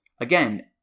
Again